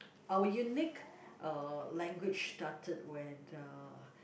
our unique uh language started when uh